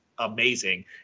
amazing